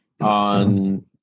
on